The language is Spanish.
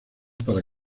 para